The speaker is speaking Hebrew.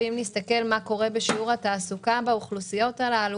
נסתכל מה קורה בשיעור התעסוקה בהן עכשיו